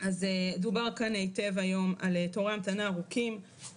דובר כאן היטב היום על תורי המתנה ארוכים,